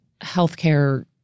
healthcare